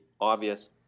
obvious